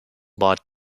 bought